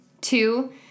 two